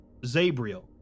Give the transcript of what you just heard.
Zabriel